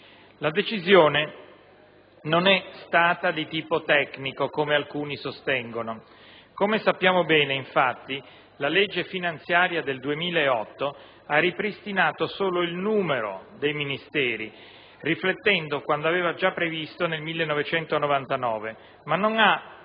La decisione non è stata di tipo tecnico, come alcuni sostengono. Come sappiamo bene, infatti, la legge finanziaria per il 2008 ha ripristinato solo il numero dei Ministeri, riflettendo quanto già previsto nel 1999, ma non anche